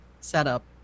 setup